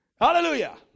Hallelujah